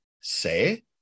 say